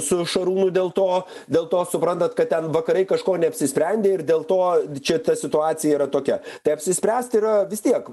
su šarūnu dėl to dėl to suprantat kad ten vakarai kažko neapsisprendė ir dėl to čia ta situacija yra tokia tai apsispręst yra vis tiek